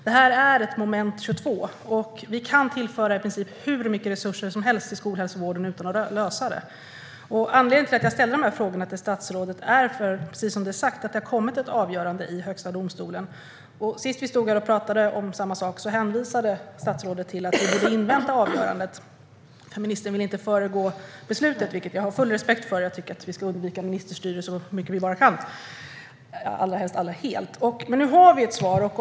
Det här är ett moment 22. Vi kan tillföra i princip hur mycket resurser som helst till skolhälsovården utan att lösa det. Anledningen till att jag ställde de här frågorna till statsrådet är att det, precis som har sagts, har kommit ett avgörande i Högsta förvaltningsdomstolen. Sist vi stod här och pratade om samma sak hänvisade statsrådet till att vi borde invänta avgörandet, för ministern ville inte föregå beslutet. Det har jag full respekt för, för jag tycker att vi ska undvika ministerstyre så mycket vi bara kan och allra helst helt. Men nu har vi ett svar.